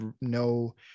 no